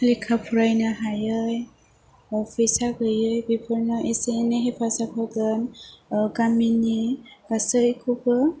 लेखा फरायनो हायै बा फैसा गैयै बेफोनो एसे एनै हेफाजाब होगोन ओह गामिनि गासैखौबो